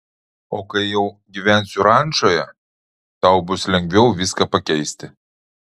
o kai jau gyvensiu rančoje tau bus lengviau viską pakeisti